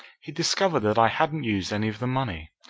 he'd discovered that i hadn't used any of the money.